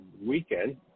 weekend